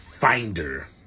finder